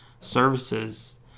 services